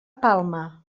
palma